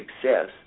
success